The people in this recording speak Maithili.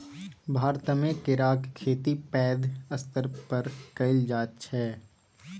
भारतमे केराक खेती पैघ स्तर पर कएल जाइत छै